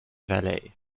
valet